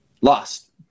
Lost